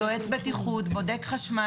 יועץ בטיחות בודק חשמל.